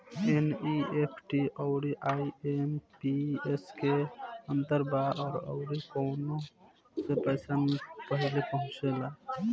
NEFT आउर IMPS मे का अंतर बा और आउर कौना से पैसा पहिले पहुंचेला?